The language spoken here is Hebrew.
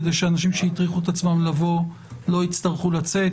כדי שאנשים שהטריחו את עצמם לבוא לא יצטרכו לצאת,